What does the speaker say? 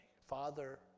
Father